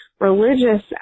religious